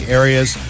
areas